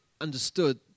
understood